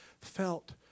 felt